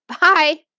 bye